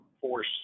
force